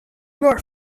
north